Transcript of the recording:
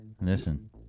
Listen